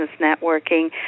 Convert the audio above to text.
Networking